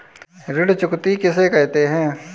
ऋण चुकौती किसे कहते हैं?